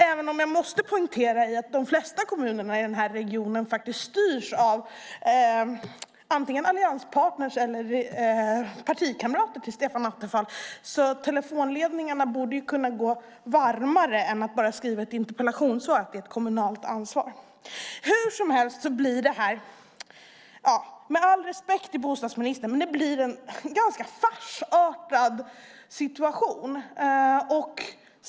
Även om jag måste poängtera att de flesta kommuner i regionen faktiskt styrs av antingen allianspartner eller också partikamrater till Stefan Attefall, så telefonledningarna borde kunna gå varmare än att man bara skriver i ett interpellationssvar att det är ett kommunalt ansvar. Med all respekt för bostadsministern blir det en ganska farsartad situation.